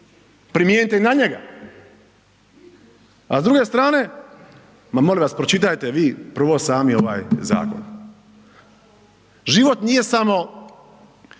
primijenite na njega, a s druge strane, ma molim vas pročitajte vi prvo sami ovaj zakon, život nije samo